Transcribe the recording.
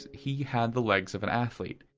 he had the legs of an athlete.